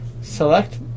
select